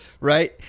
right